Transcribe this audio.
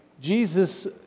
Jesus